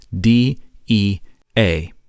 D-E-A